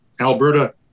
Alberta